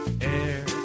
air